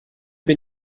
bin